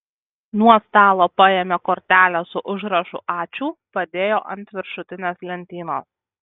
nuo stalo paėmė kortelę su užrašu ačiū padėjo ant viršutinės lentynos